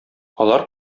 алар